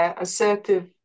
assertive